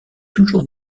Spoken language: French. toujours